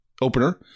opener